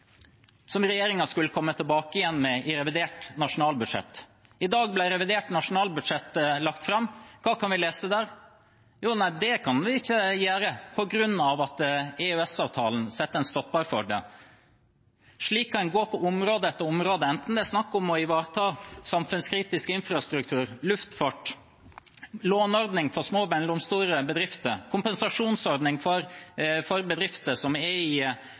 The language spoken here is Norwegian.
som regjeringen skulle komme tilbake med i revidert nasjonalbudsjett. I dag ble revidert nasjonalbudsjett lagt fram. Hva kan vi lese der? Nei, det kan vi ikke gjøre på grunn av at EØS-avtalen setter en stopper for det. Slik kan man gå på område etter område, enten det er snakk om å ivareta samfunnskritisk infrastruktur, luftfart, låneordning for små og mellomstore bedrifter eller en kompensasjonsordning for bedrifter som er i